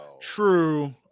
True